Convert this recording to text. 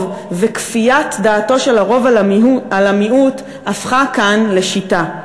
וכפיית דעתו של הרוב על המיעוט הפכו כאן לשיטה.